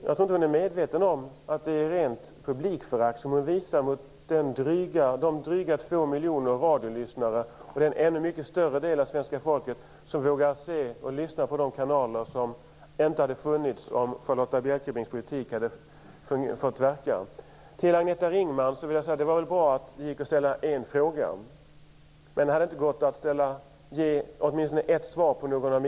Jag tror inte att hon är medveten om att det är ett rent publikförakt som hon därmed visar mot drygt två miljoner radiolyssnare och den ännu större del av svenska folket som vågar titta på de TV-kanaler som inte hade funnits om Charlotta Bjälkebrings och Vänsterpartiets politik hade fått slå igenom. Till Agneta Ringman vill jag säga: Det var väl bra att det gick att ställa en fråga. Men hade det inte gått att ge svar på åtminstone någon av mina frågor också?